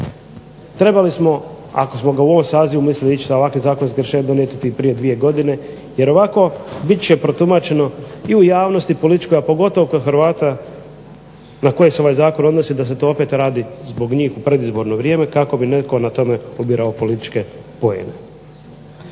Trebali smo ako smo ga u ovom sazivu mislili ići na ovakva zakonska rješenja donijeti prije dvije godine, jer ovako bit će protumačeno i u javnosti političkoj, a pogotovo kod Hrvata na koje se taj zakon odnosi da se to opet radi zbog njih u predizborno vrijeme kako bi netko na tome ubirao političke poene.